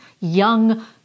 young